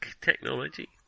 technology